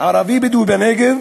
הערבי-בדואי בנגב